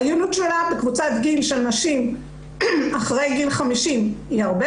היעילות שלה בקבוצת גיל נשים אחרי גיל 50 היא הרבה